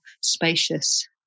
spacious